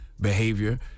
behavior